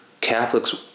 Catholics